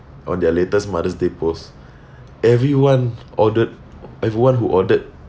on their latest mother's day post everyone ordered everyone who ordered